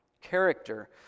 Character